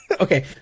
okay